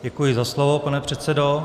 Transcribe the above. Děkuji za slovo, pane předsedo.